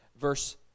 verse